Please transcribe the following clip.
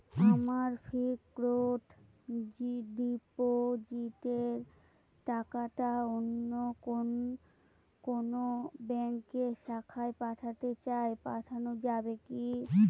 আমার ফিক্সট ডিপোজিটের টাকাটা অন্য কোন ব্যঙ্কের শাখায় পাঠাতে চাই পাঠানো যাবে কি?